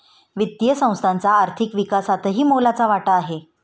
वित्तीय संस्थांचा आर्थिक विकासातही मोलाचा वाटा आहे